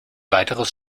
weiteres